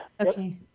Okay